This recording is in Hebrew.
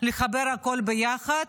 לחבר הכול ביחד,